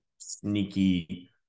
sneaky